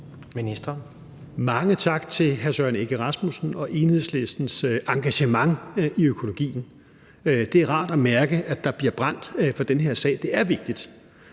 Mange tak for hr. Søren Egge Rasmussen og Enhedslistens engagement i økologien. Det er rart at mærke, at der bliver brændt for den her sag. Det er vigtigt.